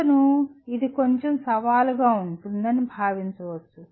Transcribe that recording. అతను ఇది కొంచెం సవాలుగా ఉంది అని భావించవచ్చు